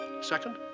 Second